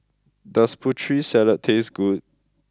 does Putri Salad taste good